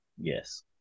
Yes